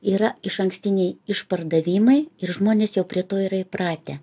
yra išankstiniai išpardavimai ir žmonės jau prie to yra įpratę